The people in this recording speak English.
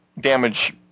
Damage